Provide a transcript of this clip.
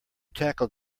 tackled